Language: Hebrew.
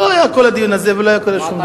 לא היה כל הדיון הזה ולא היה קורה דבר.